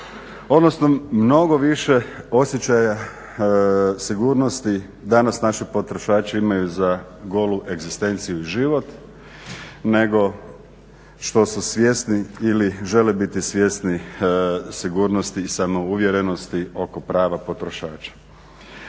odnosno mnogo više osjećaja sigurnosti danas naši potrošači imaju za golu egzistenciju i život, nego što su svjesni ili žele biti svjesni sigurnosti i samouvjerenosti oko prava potrošača.